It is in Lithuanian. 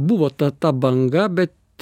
buvo ta ta banga bet